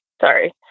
sorry